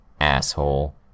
asshole